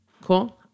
Cool